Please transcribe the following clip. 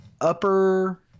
upper